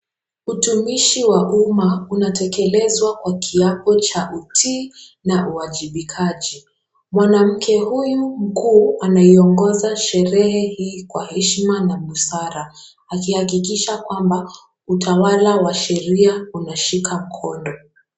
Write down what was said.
Utumishi wa umma unatekelezwa kwa kiapo cha utii na uwajibikaji, mwanamke huyu mkuu anaiongoza sherehe hii kwa heshima na busara, akihakikisha kwamba utawala wa sheria unashika mkondo.